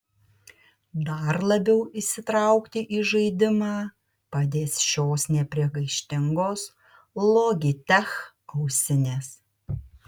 dar labiau įsitraukti į žaidimą padės šios nepriekaištingos logitech ausinės